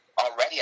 already